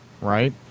right